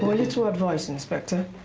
little advice inspector.